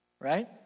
Right